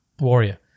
warrior